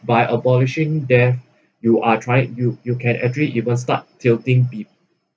by abolishing death you are tried you you can actually even start tilting people